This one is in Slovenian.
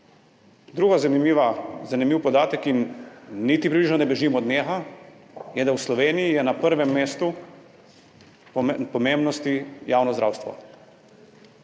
Druga zanimiv podatek – in niti približno ne bežim od njega – je, da je v Sloveniji na prvem mestu po pomembnosti javno zdravstvo.